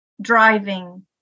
driving